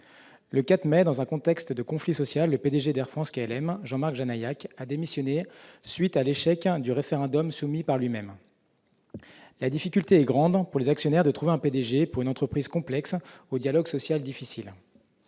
dernier, dans un contexte de conflit social, le P-DG d'Air France-KLM, Jean-Marc Janaillac, a démissionné, à la suite de l'échec du référendum qu'il avait lui-même engagé. La difficulté est grande pour les actionnaires de trouver un P-DG pour une entreprise complexe, au dialogue social difficile.